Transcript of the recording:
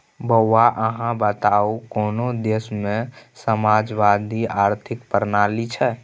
बौआ अहाँ बताउ कोन देशमे समाजवादी आर्थिक प्रणाली छै?